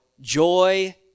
joy